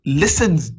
listens